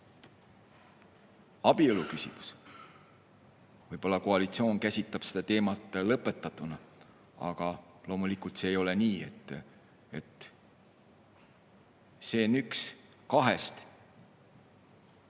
abieluküsimus. Võib-olla koalitsioon käsitleb seda teemat lõpetatuna, aga loomulikult see ei ole nii. See on üks kahest